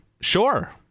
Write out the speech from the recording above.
sure